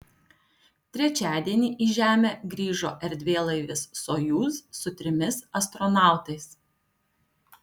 trečiadienį į žemę grįžo erdvėlaivis sojuz su trimis astronautais